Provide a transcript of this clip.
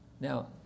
Now